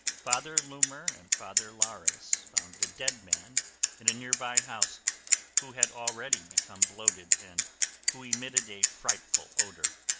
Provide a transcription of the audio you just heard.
father luhmer and father laures found a dead man in a nearby house who had already become bloated and who emitted a frightful odor.